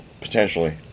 potentially